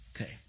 Okay